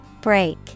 Break